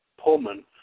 Pullman